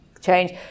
change